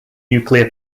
nuclear